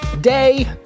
day